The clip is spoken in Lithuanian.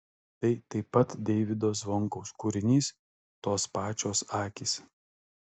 tai taip pat deivydo zvonkaus kūrinys tos pačios akys